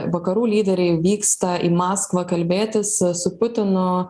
vakarų lyderiai vyksta į maskvą kalbėtis su putinu